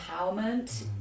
empowerment